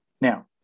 now